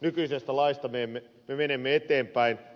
nykyisestä laista me menemme eteenpäin